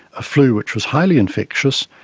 a flu which was highly infectious,